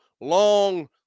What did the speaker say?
long